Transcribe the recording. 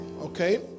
Okay